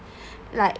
like